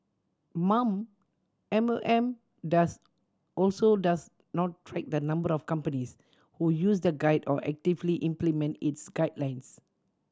mom M O M does also does not track the number of companies who use the guide or actively implement its guidelines